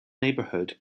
neighborhood